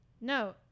No